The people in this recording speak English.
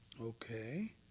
Okay